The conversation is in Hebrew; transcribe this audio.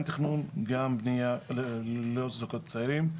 גם תכנון וגם לבנייה לזוגות צעירים.